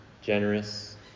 generous